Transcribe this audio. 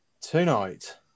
tonight